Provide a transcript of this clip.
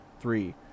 Three